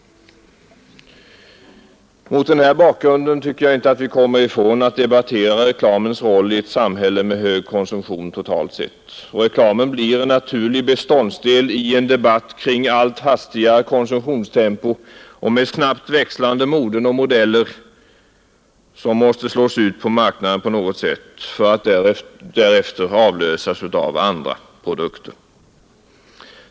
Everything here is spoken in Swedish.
Mot denna bakgrund kommer vi inte ifrån att debattera reklamens roll i ett samhälle med hög konsumtion totalt sett. Reklamen blir en naturlig beståndsdel i en debatt kring ett allt hastigare konsumtionstempo och med snabbt växlande moden och modeller, som måste slås ut på marknaden på något sätt för att därefter avlösas av andra produkter.